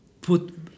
put